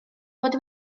fod